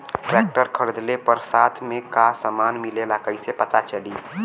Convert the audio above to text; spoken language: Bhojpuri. ट्रैक्टर खरीदले पर साथ में का समान मिलेला कईसे पता चली?